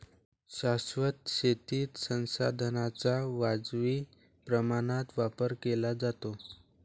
शाश्वत शेतीत संसाधनांचा वाजवी प्रमाणात वापर केला जातो